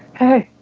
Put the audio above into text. hey!